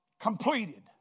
completed